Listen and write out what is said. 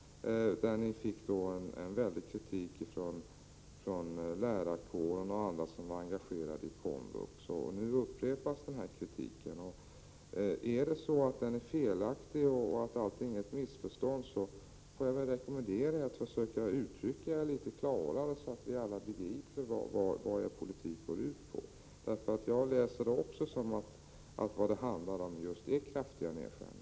Där fick ni en väldig kritik från lärarkåren och andra som var engagerade i komvux. Nu upprepas kritiken. Anslag till vuxenutbild Om den är felaktig och allt är ett missförstånd, då får jag rekommendera er att försöka uttrycka er litet klarare, så att alla begriper vad er politik går ut på. Jag läser också era förslag så, att de handlar om just kraftiga nedskärningar.